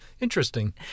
interesting